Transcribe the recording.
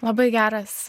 labai geras